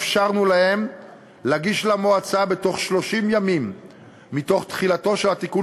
אפשרנו להם להגיש למועצה בתוך 30 ימים מתוך תחילתו של התיקון